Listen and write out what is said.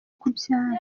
kubyara